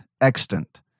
extant